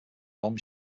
bomb